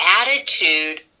attitude